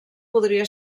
podria